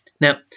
Now